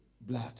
blood